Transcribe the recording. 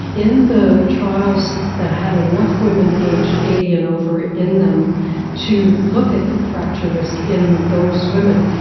in the trials that had enough women aged eighty and over in them to look at hip fracture risk in those women,